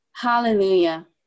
Hallelujah